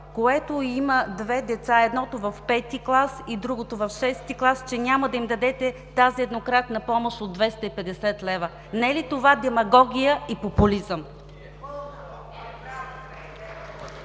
което има две деца – едното в пети клас и другото в шести клас, че няма да им дадете тази еднократна помощ от 250 лв.? Не е ли това демагогия и популизъм?